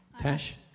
Tash